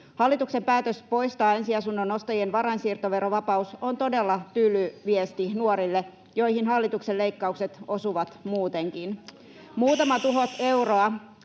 Hallituksen päätös poistaa ensiasunnon ostajien varainsiirtoverovapaus on todella tyly viesti nuorille, joihin hallituksen leikkaukset osuvat muutenkin.